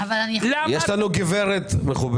למה אנחנו מעבירים לקראת סוף